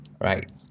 Right